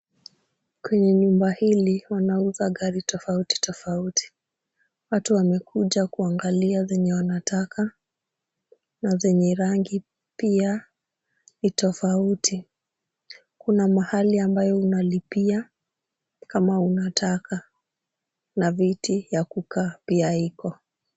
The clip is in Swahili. Kwenye nyumba hili wanauza gari tofauti tofauti. Watu wamekuja kuangalia zenye wanataka na zenye rangi pia ni tofauti. Kuna mahali ambayo unalipia kama unataka na viti ya kukaa pia iko.